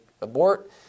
abort